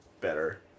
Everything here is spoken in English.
better